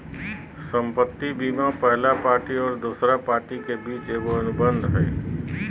संपत्ति बीमा पहला पार्टी और दोसर पार्टी के बीच एगो अनुबंध हइ